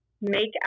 make